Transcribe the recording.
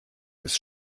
ist